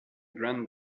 grand